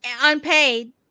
unpaid